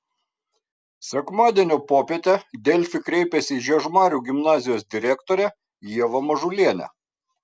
sekmadienio popietę delfi kreipėsi į žiežmarių gimnazijos direktorę ievą mažulienę